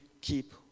keep